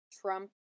trump